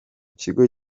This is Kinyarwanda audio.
kigo